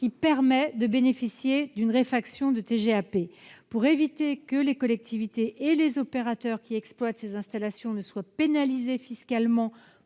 % permettant de bénéficier d'une réfaction de TGAP. Pour éviter que les collectivités territoriales et les opérateurs qui exploitent ces installations ne soient pénalisés fiscalement